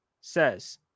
says